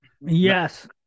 Yes